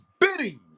bidding